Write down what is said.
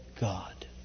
God